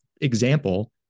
example